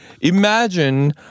imagine